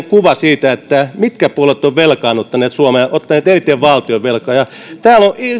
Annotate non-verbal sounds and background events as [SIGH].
[UNINTELLIGIBLE] kuva siitä mitkä puolueet ovat velkaannuttaneet suomea ottaneet eniten valtionvelkaa ja täällä on